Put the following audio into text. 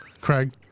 Craig